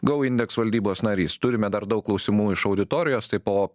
gou indeks valdybos narys turime dar daug klausimų iš auditorijos tai po